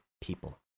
People